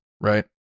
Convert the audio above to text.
right